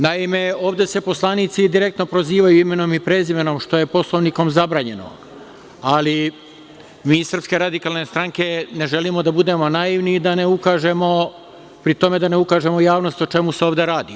Naime, ovde se poslanici direktno prozivaju imenom i prezimenom, što je Poslovnikom zabranjeno, ali mi iz SRS ne želimo da budemo naivni i da pri tom ne ukažemo javnosti o čemu se ovde radi.